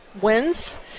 Wins